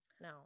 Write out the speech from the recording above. No